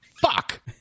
fuck